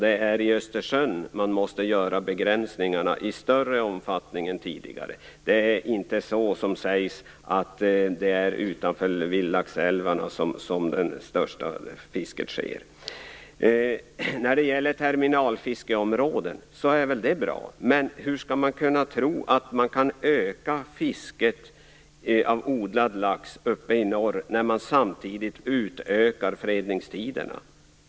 Det är i Östersjön man måste göra begränsningarna i större omfattning än tidigare. Det är inte så, som sägs, att det största fisket sker utanför vildlaxälvarna. Terminalfiskeområden är väl bra, men hur kan man tro att man skall kunna öka fisket av odlad lax uppe i norr när man samtidigt utökar fredningstiderna?